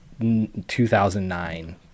2009